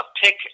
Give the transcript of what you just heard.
pick